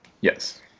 Yes